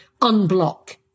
unblock